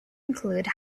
include